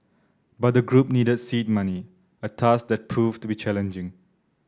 but the group needed seed money a task that proved to be challenging